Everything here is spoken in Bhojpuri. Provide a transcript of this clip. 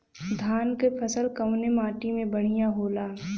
धान क फसल कवने माटी में बढ़ियां होला?